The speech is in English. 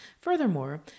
Furthermore